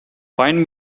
find